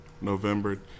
November